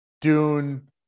Dune